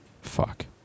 Fuck